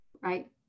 right